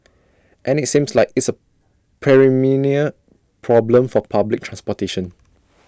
and IT seems like it's A problem for public transportation